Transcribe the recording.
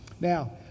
Now